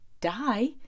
die